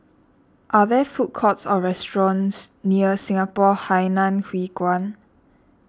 are there food courts or restaurants near Singapore Hainan Hwee Kuan